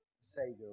Savior